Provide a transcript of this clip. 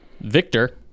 victor